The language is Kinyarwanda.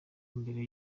mbere